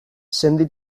sendi